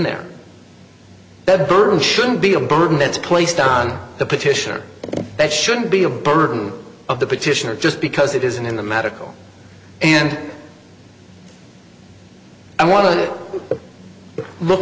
burned shouldn't be a burden that's placed on the petitioner that shouldn't be a burden of the petitioner just because it isn't in the medical and i want to look